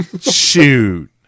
Shoot